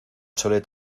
chole